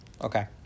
Okay